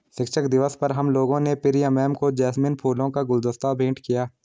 शिक्षक दिवस पर हम लोगों ने प्रिया मैम को जैस्मिन फूलों का गुलदस्ता भेंट किया